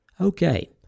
Okay